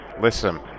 Listen